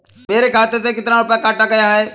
मेरे खाते से कितना रुपया काटा गया है?